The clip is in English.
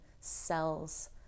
cells